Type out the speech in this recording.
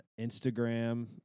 Instagram